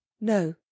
No